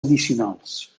addicionals